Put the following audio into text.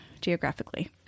geographically